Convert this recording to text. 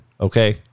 Okay